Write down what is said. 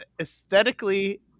aesthetically